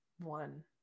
One